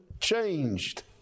changed